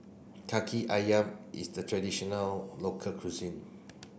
Kaki Ayam is a traditional local cuisine